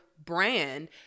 Brand